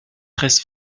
treize